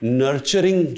nurturing